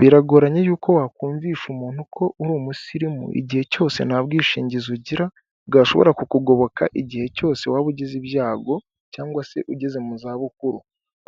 Biragoranye y'uko wakumvisha umuntu ko uri umusirimu igihe cyose nta bwishingizi ugira bwashobora kukugoboka igihe cyose waba ugize ibyago cyangwa se ugeze mu zabukuru,